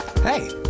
Hey